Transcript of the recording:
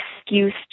excuse